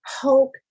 hope